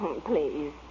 Please